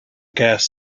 gas